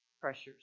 pressures